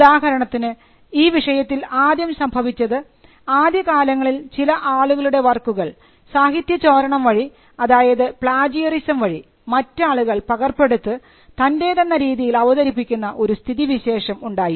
ഉദാഹരണത്തിന് ഈ വിഷയത്തിൽ ആദ്യം സംഭവിച്ചത് ആദ്യകാലങ്ങളിൽ ചില ആളുകളുടെ വർക്കുകൾ സാഹിത്യചോരണം വഴി അതായത് പ്ളാജിയറിസം വഴി മറ്റ് ആളുകൾ പകർപ്പെടുത്ത് തന്റേതെന്ന രീതിയിൽ അവതരിപ്പിക്കുന്ന ഒരു സ്ഥിതിവിശേഷം ഉണ്ടായിരുന്നു